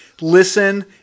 listen